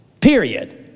Period